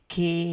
che